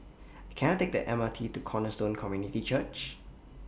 Can I Take The M R T to Cornerstone Community Church